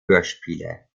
hörspiele